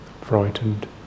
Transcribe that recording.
frightened